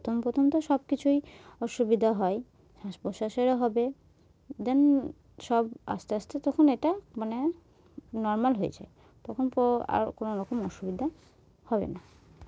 প্রথম প্রথম তো সব কিছুই অসুবিধা হয় শ্বাস প্রশ্বাসেরও হবে দেন সব আস্তে আস্তে তখন এটা মানে নর্মাল হয়ে যায় তখন আর কোনো রকম অসুবিধা হবে না